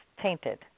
tainted